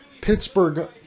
Pittsburgh